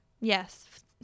Yes